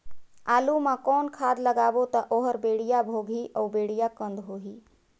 आलू मा कौन खाद लगाबो ता ओहार बेडिया भोगही अउ बेडिया कन्द होही?